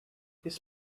his